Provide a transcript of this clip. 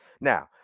Now